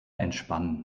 entspannen